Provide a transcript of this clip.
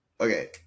okay